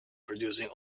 producing